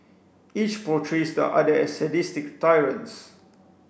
each portrays the other as sadistic tyrants